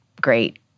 great